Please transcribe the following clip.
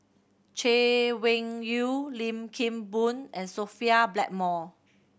Chay Weng Yew Lim Kim Boon and Sophia Blackmore